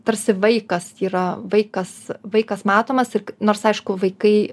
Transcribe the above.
tarsi vaikas yra vaikas vaikas matomas ir nors aišku vaikai